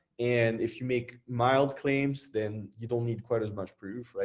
and if you make mild claims, then you don't need quite as much proof.